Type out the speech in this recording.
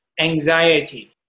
anxiety